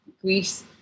Greece